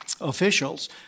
officials